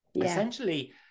Essentially